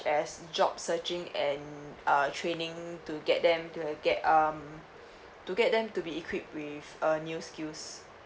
as job searching and uh training to get them to uh get um to get them to be equipped with uh new skills